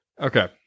Okay